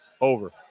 over